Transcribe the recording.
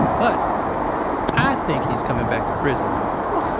but i think he's coming back to prison though what?